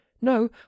no